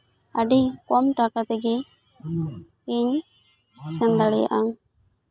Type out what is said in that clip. ᱟᱹᱰᱤ ᱠᱚᱢ ᱴᱟᱠᱟ ᱛᱮᱜᱮ ᱤᱧ ᱥᱮᱱ ᱫᱟᱬᱮᱭᱟᱜᱼᱟ